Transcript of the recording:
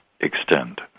extend